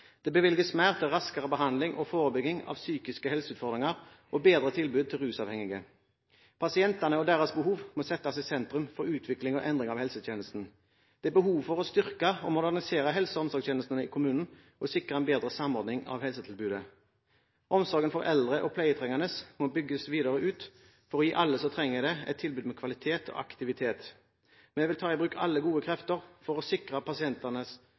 Det bevilges mer til raskere behandling og forebygging av psykiske helseutfordringer og bedre tilbud til rusavhengige. Pasientene og deres behov må settes i sentrum for utvikling og endring av helsetjenesten. Det er behov for å styrke og modernisere helse- og omsorgstjenesten i kommunen og sikre en bedre samordning av helsetilbudet. Omsorgen for eldre og pleietrengende må bygges videre ut for å gi alle som trenger det, et tilbud som innebærer kvalitet og aktivitet. Vi vil ta i bruk alle gode krefter for å sikre pasientene